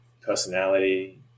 personality